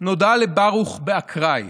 נודעה לברוך באקראי.